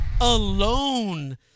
alone